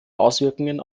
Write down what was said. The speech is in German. auswirkungen